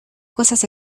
cosas